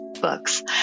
books